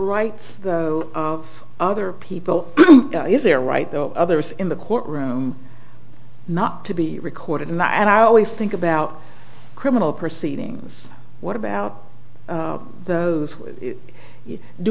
rights of other people is their right there are others in the courtroom not to be recorded and i always think about criminal proceedings what about those do